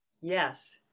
Yes